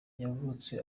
yavutse